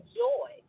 joy